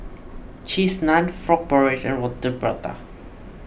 Cheese Naan Frog Porridge and Roti Prata